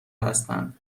هستند